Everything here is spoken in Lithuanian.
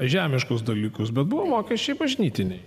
žemiškus dalykus bebuvo mokesčiai bažnytiniai